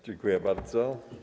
Dziękuję bardzo.